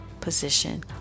position